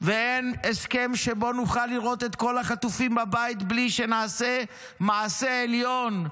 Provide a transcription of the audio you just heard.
ואין הסכם שבו נוכל לראות את כל החטופים בבית בלי שנעשה מעשה עליון,